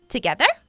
Together